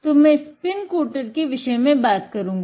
तो मै spin coater के विषय में बात करूँगा